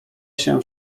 się